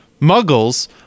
muggles